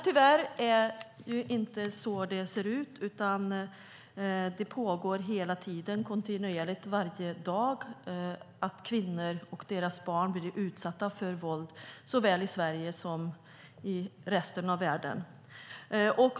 Tyvärr är det inte så det ser ut, utan det händer varje dag, kontinuerligt, att kvinnor och deras barn blir utsatta för våld såväl i Sverige som i resten av världen.